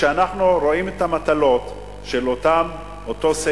וכשאנחנו רואים את המטלות של אותו סקטור,